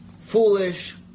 foolish